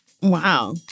Wow